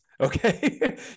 Okay